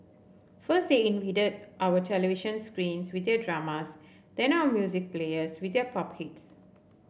first they invaded our television screens with their dramas then our music players with their pop hits